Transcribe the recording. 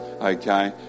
okay